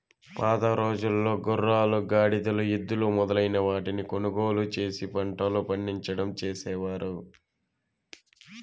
పాతరోజుల్లో గుర్రాలు, గాడిదలు, ఎద్దులు మొదలైన వాటిని కొనుగోలు చేసి పంటలు పండించడం చేసేవారు